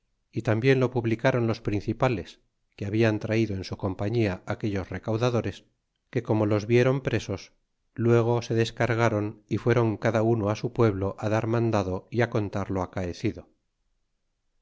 y tambien lo publicron los principales que habian traído en su compañía aquellos recaudadores que como los vieron presos luego se descargáron y fuéron cada uno á su pueblo dar mandado y fi contar lo acaecido